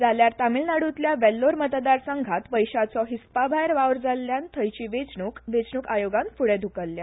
जाल्यार तामीळनाइतल्या वेल्लोर मतदारसंघात पैशाचो हिसपाभायर वावर जाल्ल्यान थंयची वेचणूक वेचणूक आयोगान फुडे धुकल्ल्या